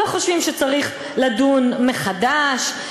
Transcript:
לא חושבים שצריך לדון מחדש.